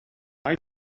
why